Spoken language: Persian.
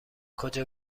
کجا